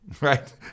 right